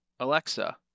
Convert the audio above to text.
Alexa